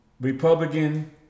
Republican